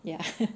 ya